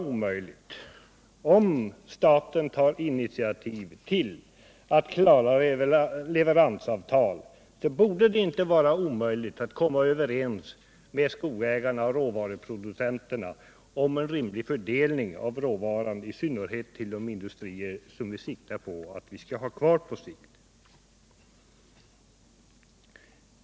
Om staten tar initiativ till att införa leveransavtal, då borde det inte vara omöjligt att komma överens med skogsägarna och råvaruproducenterna om en rimlig fördelning av råvaran, i synnerhet till de industrier som vi avser att ha kvar på sikt.